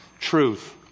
truth